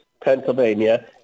Pennsylvania